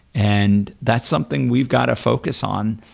and that's something we've got to focus on.